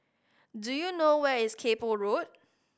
do you know where is Kay Poh Road